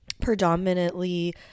predominantly